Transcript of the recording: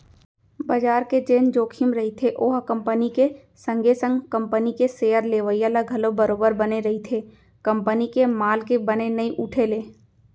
बजार के जेन जोखिम रहिथे ओहा कंपनी के संगे संग कंपनी के सेयर लेवइया ल घलौ बरोबर बने रहिथे कंपनी के माल के बने नइ उठे ले